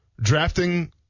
Drafting –